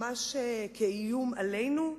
ממש כאיום עלינו,